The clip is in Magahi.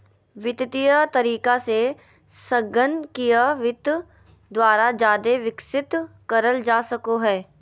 वित्तीय तरीका से संगणकीय वित्त द्वारा जादे विकसित करल जा सको हय